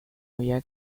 había